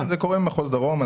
זה קורה במחוז דרום.